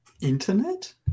Internet